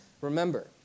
remember